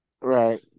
Right